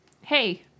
Hey